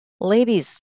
ladies